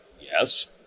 Yes